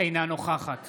אינה נוכחת